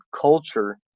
culture